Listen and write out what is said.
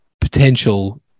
potential